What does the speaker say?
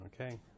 Okay